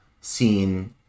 seen